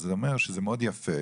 אז זה אומר שזה מאוד יפה,